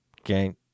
okay